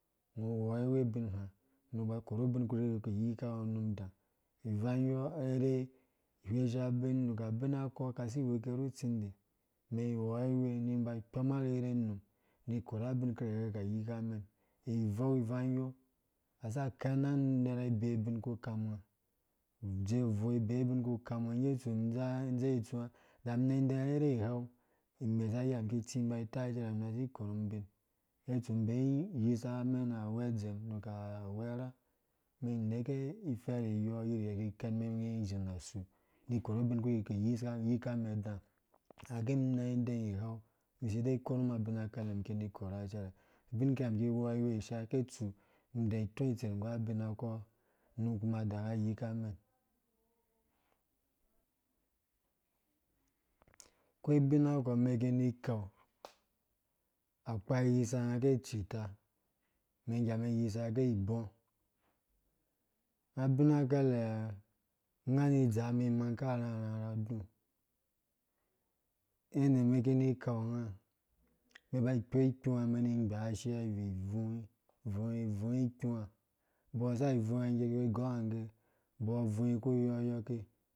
Ngɔ wɔi we ubin kuha nũ ba korhu bin kpi kai yika ngɔ ivang yɔ ire ihwesha bin nuku abin kɔ kasi weke ru tsindi meln woiwe nĩbai kpɔm arherhu nũmnĩ korha abin akirkɛ kai yikamɛn ivoi ivang yɔ kasa kɛna nerha ibei bin ku kam ngã dze voi bei binkpi kawu ku kam ngɔ ngge tsu mĩ dza dzowe itsũwã da mĩ dẽ arherhu ighaw imesa yia mĩ ki tsĩ bai tai nasi korhũm bin mĩ bei yisa mɛ agwɛdzɛm nu ku awɛrham mɛn neke ifɛrhi yɔ yirye ki kɛn ge mɛm izĩ na su ni korhu binkpi kai yisa yika mɛn dã age mĩ nã dɛ ighaw mĩ sidei korhum abina kɛrhɛ mĩ ki nikorhungã bin kiya ki wɔiwe isha ketsu mĩ dei tɔ itser ngu abina kɔ num kuma daga yika mɛn kini kau akpai yisa ngã ge ge icita mɛn gamɛn yisa ge ibɔɔ nã bin akɛlɛ ngã nĩ dza mɛn ki nĩ kau ngã mɛn ba ikpo ikpũwã mɛn nĩ gbashiya ivĩvũ ibvũi bvũi ikpũwã igɔigɔngãgge abo ibvuĩ ku yɔyɔki